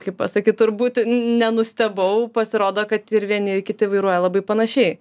kaip pasakyt turbūt nenustebau pasirodo kad ir vieni ir kiti vairuoja labai panašiai